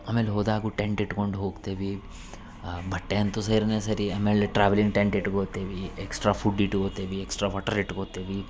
ಆಮೇಲೆ ಹೋದಾಗು ಟೆಂಟ್ ಇಟ್ಕೊಂಡ್ ಹೋಗ್ತೆವಿ ಬಟ್ಟೆ ಅಂತು ಸೇರ್ನೆ ಸರಿ ಆಮೇಲೆ ಟ್ರಾವೆಲಿಂಗ್ ಟೆಂಟ್ ಇಟ್ಕೋತೆವಿ ಎಕ್ಸ್ಟ್ರಾ ಫುಡ್ ಇಟ್ಕೋತೆವಿ ಎಕ್ಸ್ಟ್ರ ವಾಟ್ರ್ ಇಟ್ಕೋತೆವಿ